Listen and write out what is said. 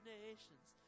nations